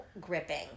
gripping